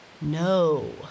No